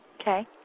Okay